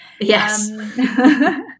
Yes